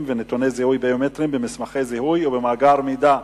ונתוני זיהוי ביומטריים במסמכי זיהוי ובמאגר מידע,